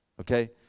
okay